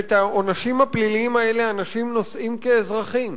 ואת העונשים הפליליים האלה אנשים נושאים כאזרחים.